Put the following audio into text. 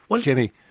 Jimmy